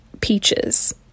peaches